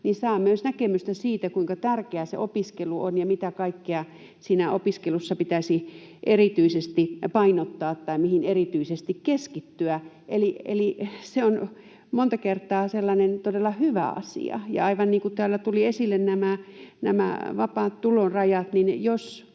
saa myös näkemystä siitä, kuinka tärkeää se opiskelu on ja mitä kaikkea siinä opiskelussa pitäisi erityisesti painottaa tai mihin erityisesti keskittyä. Eli se on monta kertaa sellainen todella hyvä asia. Kun täällä tulivat esille nämä vapaan tulon rajat,